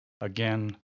Again